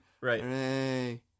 Right